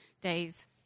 days